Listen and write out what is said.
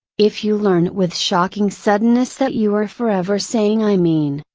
if you learn with shocking suddenness that you are forever saying i mean,